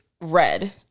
red